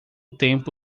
tempo